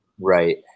right